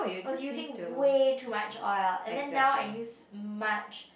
I was using way too much oil and then now I use much